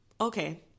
okay